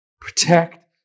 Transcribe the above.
protect